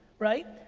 right?